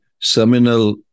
seminal